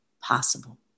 possible